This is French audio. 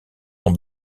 sont